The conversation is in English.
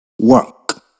Work